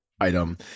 Item